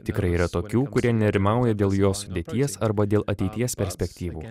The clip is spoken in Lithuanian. tikrai yra tokių kurie nerimauja dėl jos sudėties arba dėl ateities perspektyvų